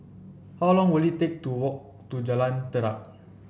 how long will it take to walk to Jalan Jarak